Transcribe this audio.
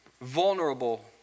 vulnerable